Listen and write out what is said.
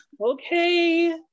okay